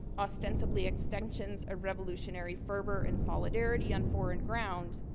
ostensibly extensions of revolutionary fervor and solidarity on foreign ground,